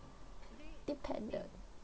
dependent